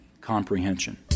comprehension